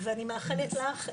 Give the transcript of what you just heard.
ואני מאחלת לך הנאות,